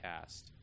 cast